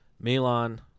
Milan